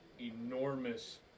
enormous